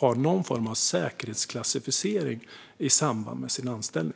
får någon form av säkerhetsprövning i samband med sin anställning?